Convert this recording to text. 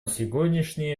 сегодняшние